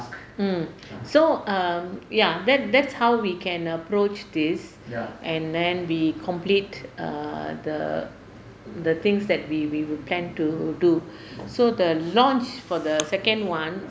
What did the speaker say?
mm so um ya that that's how we can approach this and then we complete err the the things that we we plan to do so the launch for the second one